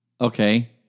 Okay